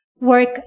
work